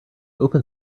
open